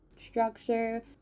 structure